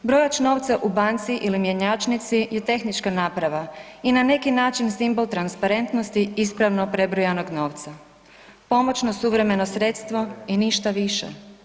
Brojač novca u banci ili mjenjačnici je tehnička naprava i na neki način simbol transparentnosti ispravno prebrojanog novca, pomoćno suvremeno sredstvo i ništa više.